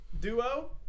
Duo